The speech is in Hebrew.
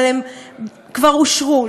אבל הן כבר אושרו.